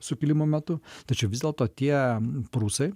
sukilimų metu tačiau vis dėlto tie prūsai